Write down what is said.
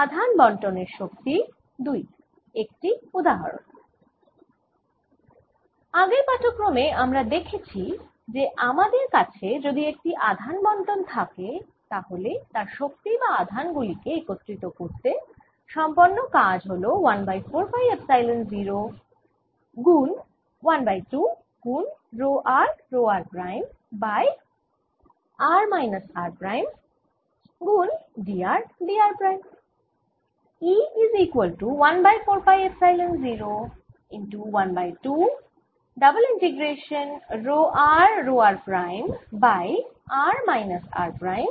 আগের পাঠক্রমে আমরা দেখেছি যে আমাদের কাছে যদি একটি আধান বন্টন থাকে তাহলে তার শক্তি বা আধান গুলি কে একত্রিত করতে সম্পন্ন কাজ হল 1 বাই 4 পাই এপসাইলন 0 গুন 1 বাই 2 গুন rho r rho r prime by r minus r prime গুন dr dr প্রাইম